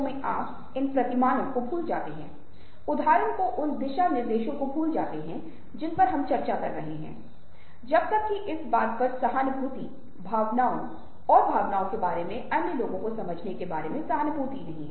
मैंने आपको शुरुआत में ही बताया था कि हमने भारतीय परंपरा से सहानुभूति के साथ साथ सहानुभूति के सिद्धांतों में बहुत सारी अंतर्दृष्टि प्राप्त की है